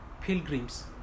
pilgrims